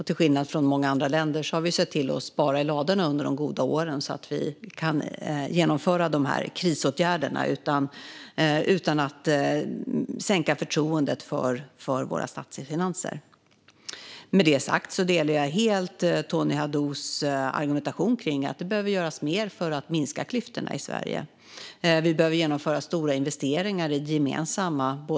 Till skillnad från många andra länder har vi sett till att spara i ladorna under de goda åren så att vi kan genomföra krisåtgärderna utan att sänka förtroendet för våra statsfinanser. Med detta sagt delar jag helt Tony Haddous argumentation kring att det behöver göras mer för att minska klyftorna i Sverige. Vi behöver genomföra stora investeringar i det gemensamma.